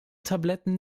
tabletten